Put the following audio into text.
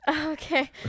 Okay